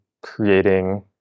creating